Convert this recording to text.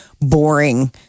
boring